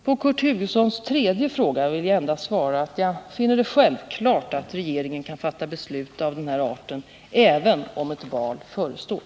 På Knut Hugossons tredje fråga vill jag endast svara att jag finner det självklart att regeringen kan fatta beslut av denna art även om ett val förestår.